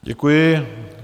Děkuji.